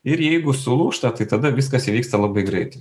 ir jeigu sulūžta tai tada viskas įvyksta labai greitai